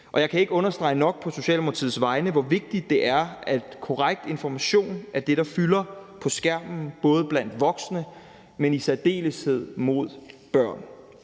jeg kan ikke understrege nok på Socialdemokratiets vegne, hvor vigtigt det er, at korrekt information er det, der fylder på skærmen, både blandt voksne, men i særdeleshed blandt børn.